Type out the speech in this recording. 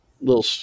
little